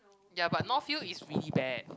ya but north-hill is really bad